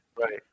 Right